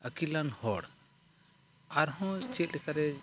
ᱟᱹᱠᱤᱞᱟᱱ ᱦᱚᱲ ᱟᱨᱦᱚᱸ ᱪᱮᱫ ᱞᱮᱠᱟᱨᱮ